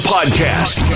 Podcast